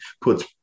puts